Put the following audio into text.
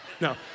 No